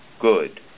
good